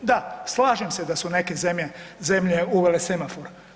Da, slažem se da su neke zemlje uvele semafor.